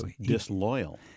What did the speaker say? Disloyal